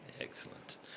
Excellent